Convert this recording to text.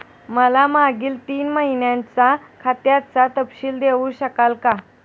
मला मागील तीन महिन्यांचा खात्याचा तपशील देऊ शकाल का?